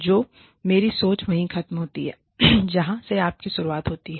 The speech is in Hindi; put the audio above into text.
तो मेरी सोच वहीं खत्म होती है जहां से आपकी शुरुआत होती है